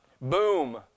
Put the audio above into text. boom